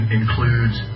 includes